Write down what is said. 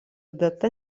data